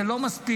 זה לא מספיק.